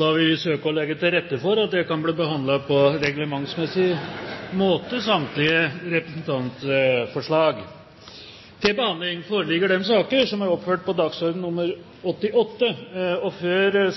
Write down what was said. Da vil vi søke å legge til rette for at det kan bli behandlet på reglementsmessig måte – samtlige representantforslag! Før